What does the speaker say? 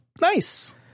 Nice